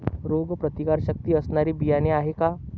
रोगप्रतिकारशक्ती असणारी बियाणे आहे का?